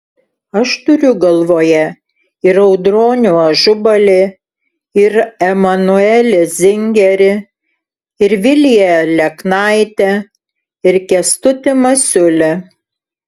aš turiu galvoje ir audronių ažubalį ir emanuelį zingerį ir viliją aleknaitę ir kęstutį masiulį